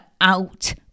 out